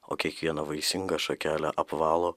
o kiekvieną vaisingą šakelę apvalo